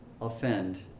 offend